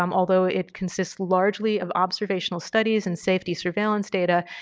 um although it consists largely of observational studies and safety surveillance data,